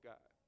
God